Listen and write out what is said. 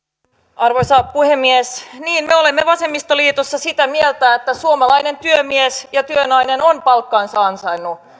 arvoisa puhemies niin me olemme vasemmistoliitossa sitä mieltä että suomalainen työmies ja työnainen ovat palkkansa ansainneet